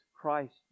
Christ